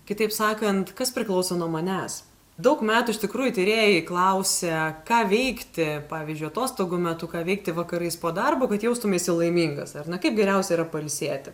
kitaip sakant kas priklauso nuo manęs daug metų iš tikrųjų tyrėjai klausia ką veikti pavyzdžiui atostogų metu ką veikti vakarais po darbo kad jaustumeisi laimingas ar ne kaip geriausia yra pailsėti